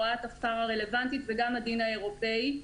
וגם האירופאי.